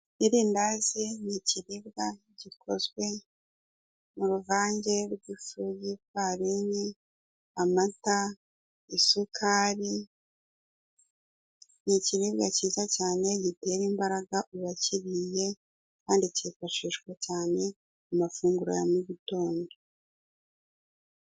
Irindazi n'ikiribwa gikozwe mu ruvange rw'ifu y'ifarini, amata, isukari. N'ikiribwa cyiza cyane gitera imbaraga uwakiriye, kandi cyifashishwa cyane mu mafunguro ya mu gitondo.